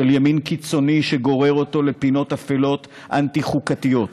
ימין קיצוני שגורר אותו לפינות אפלות אנטי-חוקתיות,